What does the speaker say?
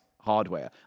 hardware